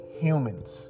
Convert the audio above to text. humans